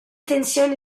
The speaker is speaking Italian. tensioni